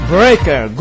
Breaker